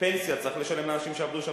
פנסיה צריך לשלם לאנשים שעבדו שם?